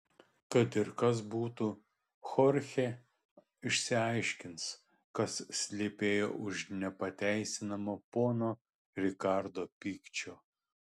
kad ir kas būtų chorchė išsiaiškins kas slypėjo už nepateisinamo pono rikardo pykčio